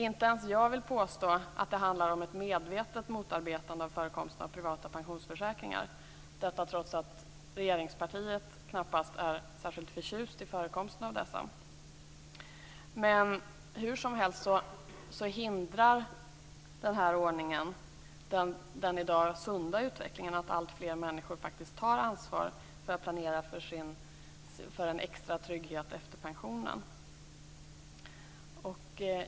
Inte ens jag vill påstå att det handlar om ett medvetet motarbetande av förekomsten av privata pensionsförsäkringar, detta trots att regeringspartiet knappast är särskilt förtjust i förekomsten av dessa. Hur som helst hindrar den här ordningen den i dag pågående sunda utvecklingen, att alltfler människor faktiskt tar ansvar för att planera för en extra trygghet efter pensionen.